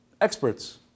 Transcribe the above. experts